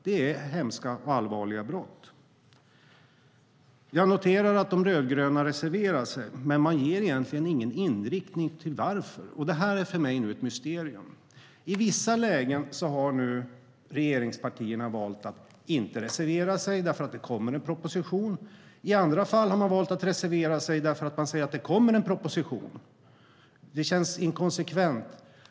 Det är hemska och allvarliga brott. Jag noterar att de rödgröna reserverar sig, men man har egentligen ingen inriktning som förklarar varför. Det är för mig ett mysterium. I vissa lägen har regeringspartierna valt att inte reservera sig därför att det kommer en proposition. I andra fall har man valt att reservera sig därför att det kommer en proposition. Det känns inkonsekvent.